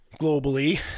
globally